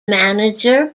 manager